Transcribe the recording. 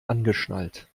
angeschnallt